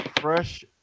fresh